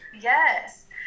yes